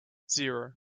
zero